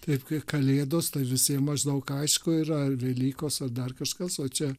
taip kaip kalėdos tai visiem maždaug aišku yra ar velykos ar dar kažkas o čia